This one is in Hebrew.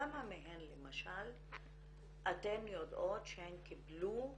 כמה מהן למשל אתן יודעות שהן קיבלו מעמד?